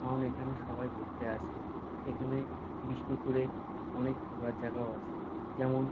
কারণ এখানে সবাই ঘুরতে আসে এখানে বিষ্ণুপুরে অনেক ঘোরার জায়গাও আছে যেমন